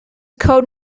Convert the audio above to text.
code